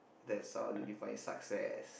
that's how you define success